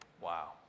Wow